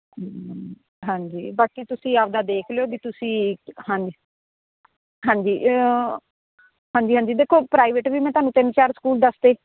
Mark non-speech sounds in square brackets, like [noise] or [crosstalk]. [unintelligible] ਹਾਂਜੀ ਬਾਕੀ ਤੁਸੀਂ ਆਪਣਾ ਦੇਖ ਲਿਓ ਜੀ ਤੁਸੀਂ ਹਾਂਜੀ ਹਾਂਜੀ ਹਾਂਜੀ ਹਾਂਜੀ ਦੇਖੋ ਪ੍ਰਾਈਵੇਟ ਵੀ ਮੈਂ ਤੁਹਾਨੂੰ ਤਿੰਨ ਚਾਰ ਸਕੂਲ ਦੱਸ ਤੇ